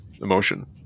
emotion